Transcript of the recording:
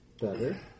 better